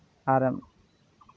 ᱟᱨᱮᱢ